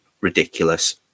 ridiculous